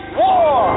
war